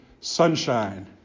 sunshine